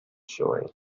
showing